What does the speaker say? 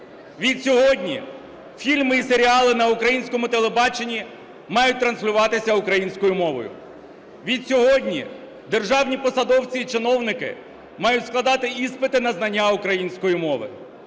Відсьогодні фільми і серіали на українському телебаченні мають транслюватися українською мовою. Відсьогодні державні посадовці і чиновники мають складати іспити на знання української мови.